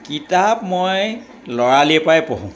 কিতাপ মই ল'ৰালিৰ পৰাই পঢ়োঁ